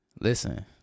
Listen